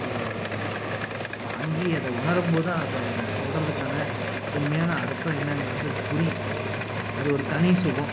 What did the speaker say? அது வாங்கி அத உணரம்போது தான் அதை நான் சொல்லுறதுக்கான உண்மையான அர்த்தம் என்னாங்கறது புரியும் அது ஒரு தனி சுகம்